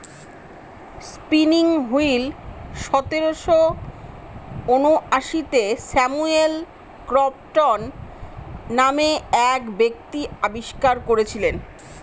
spinning wheel সতেরোশো ঊনআশিতে Samuel Crompton নামে এক ব্যক্তি আবিষ্কার করেছিলেন